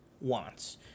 wants